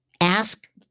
ask